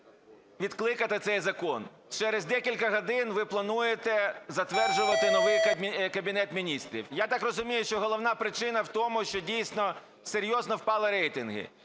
відкликати цей закон. Через декілька годин ви плануєте затверджувати новий Кабінет Міністрів. Я так розумію, що головна причина в тому, що дійсно серйозно впали рейтинги.